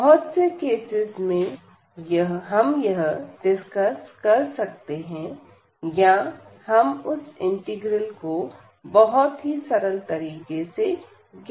बहुत से केसेस में हम यह डिस्कस कर सकते हैं या हम उस इंटीग्रल को बहुत ही सरल तरीके से ज्ञात कर सकते हैं